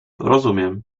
rozumiem